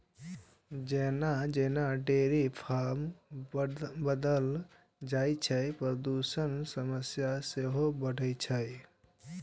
जेना जेना dairy farm बढ़ल जाइ छै, प्रदूषणक समस्या सेहो बढ़ै छै